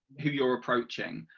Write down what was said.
you are approaching.